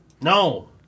No